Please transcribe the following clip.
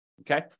okay